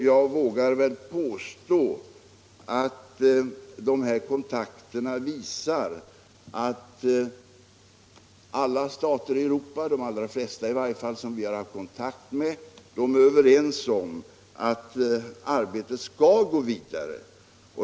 Jag vågar väl påstå att de kontakterna visar att i varje fall de allra flesta av dessa stater i Europa är överens om att arbetet skall gå vidare.